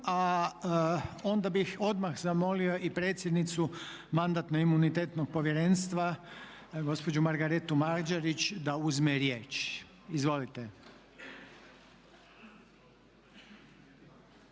a onda bih odmah zamolio i predsjednicu Mandatno-imunitetnog povjerenstva gospođu Margaretu Mađerić da uzme riječ. Izvolite.